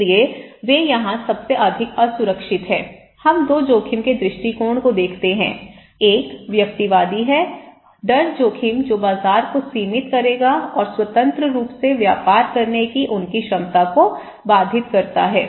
इसलिए वे यहाँ सबसे अधिक असुरक्षित हैं हम 2 जोखिम के दृष्टिकोण को देखते हैं एक व्यक्तिवादी है डर जोखिम जो बाजार को सीमित करेगा और स्वतंत्र रूप से व्यापार करने की उनकी क्षमता को बाधित करता है